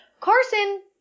Carson